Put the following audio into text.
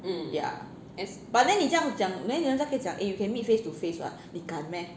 but then 你这样讲 then 人家 can 讲 eh you can meet face to face what 你敢 meh